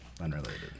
unrelated